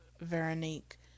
veronique